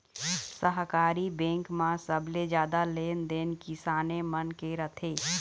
सहकारी बेंक म सबले जादा लेन देन किसाने मन के रथे